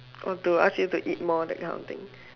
or to ask you to eat more that kind of thing